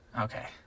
Okay